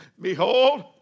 Behold